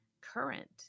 current